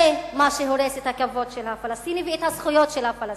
זה מה שהורס את הכבוד של הפלסטינים ואת הזכויות של הפלסטינים.